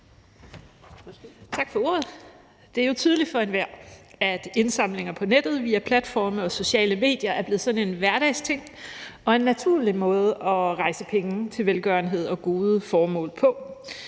Tak for ordet. Det er jo tydeligt for enhver, at indsamlinger på nettet via platforme og sociale medier er blevet sådan en hverdagsting og en naturlig måde at rejse penge til velgørenhed og gode formål på.